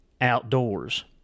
outdoors